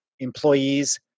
employees